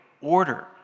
order